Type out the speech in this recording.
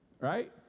Right